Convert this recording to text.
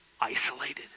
isolated